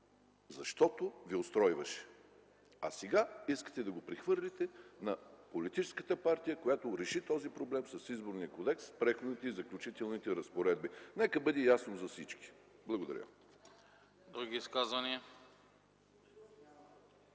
защото ви устройваше. Сега искате да го прехвърлите на политическата партия, която реши този проблем с Изборния кодекс в Преходните и заключителните разпоредби. Нека бъде ясно за всички! Благодаря. МАЯ МАНОЛОВА